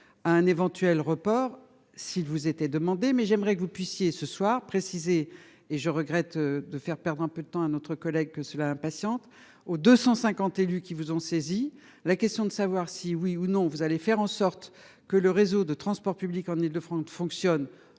à un éventuel report si vous été demandé mais j'aimerais que vous puissiez ce soir précisé et je regrette de faire perdre un peu de temps notre collègue que cela impatiente aux 250 élus qui vous ont saisi la question de savoir si oui ou non vous allez faire en sorte que le réseau de transports publics en Île-de-France fonctionne le